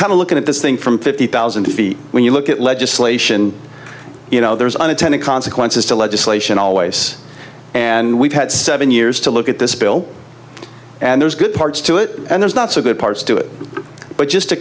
kind of looking at this thing from fifty thousand feet when you look at legislation you know there's unintended consequences to legislation always and we've had seven years to look at this bill and there's good parts to it and there's not so good parts to it but just